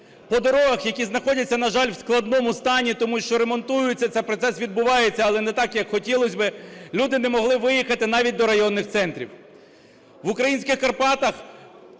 По дорогах, які знаходяться, на жаль, в складному стані, тому що ремонтуються, цей процес відбувається, але не так, як хотілось би, люди не могли виїхати навіть до районних центрів. В українських Карпатах